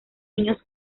niños